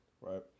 right